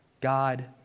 God